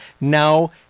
now